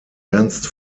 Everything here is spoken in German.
ernst